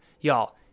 Y'all